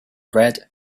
red